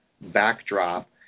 backdrop